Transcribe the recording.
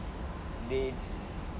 they it's